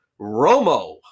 Romo